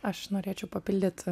aš norėčiau papildyt